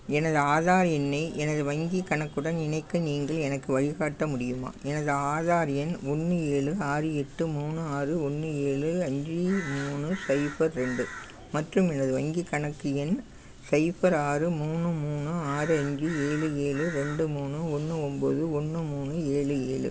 எனது ஆதார் எண்ணை எனது வங்கிக் கணக்குடன் இணைக்க நீங்கள் எனக்கு வழிகாட்ட முடியுமா எனது ஆதார் எண் ஒன்று ஏழு ஆறு எட்டு மூணு ஆறு ஒன்று ஏழு அஞ்சு மூணு சைபர் ரெண்டு மற்றும் எனது வங்கிக் கணக்கு எண் சைபர் ஆறு மூணு மூணு ஆறு அஞ்சு ஏழு ஏழு ரெண்டு மூணு ஒன்று ஒம்பது ஒன்று மூணு ஏழு ஏழு